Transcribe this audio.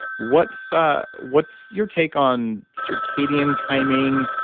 what's ah what's your take on circadian timing,